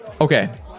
Okay